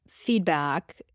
Feedback